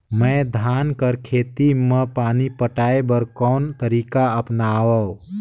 मैं धान कर खेती म पानी पटाय बर कोन तरीका अपनावो?